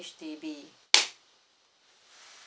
H_D_B